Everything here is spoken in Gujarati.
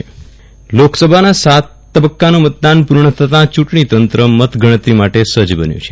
વિરલ રાણા લોકસભાના સાત તબક્કાનું મતદાન પૂર્ણ થતાં ચૂંટણી તંત્ર મતગણતરી માટે સજજ બન્યું છે